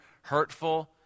hurtful